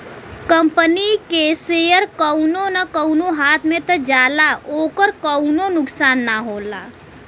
company के share कउनो न कउनो हाथ मे त जाला ओकर कउनो नुकसान ना हौ